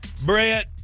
Brett